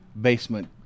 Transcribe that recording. basement